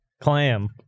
clam